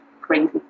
Crazy